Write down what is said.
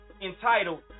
entitled